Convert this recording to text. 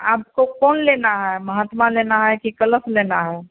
आपको कौन लेना है महात्मा लेना है कि कलश लेना है